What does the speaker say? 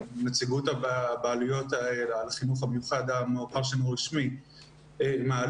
שנציגות הבעלויות של החינוך המיוחד המוכר שאינו רשמי מעלות,